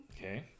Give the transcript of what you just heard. Okay